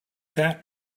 that